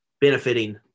benefiting